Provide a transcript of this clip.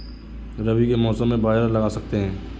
रवि के मौसम में बाजरा लगा सकते हैं?